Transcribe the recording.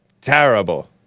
Terrible